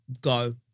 go